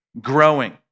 growing